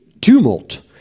tumult